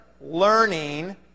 learning